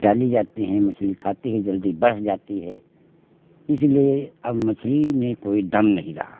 डाली जाती है मछली खाती है जल्दी बढ़ जाती है इसलिए अब मछली में कोई दम नहीं रहा